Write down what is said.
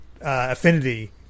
affinity